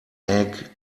egg